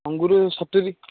ଅଙ୍ଗୁର ସତୁରୀ